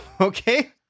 Okay